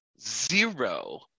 zero